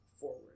forward